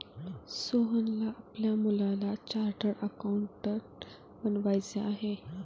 सोहनला आपल्या मुलाला चार्टर्ड अकाउंटंट बनवायचे आहे